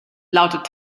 lautet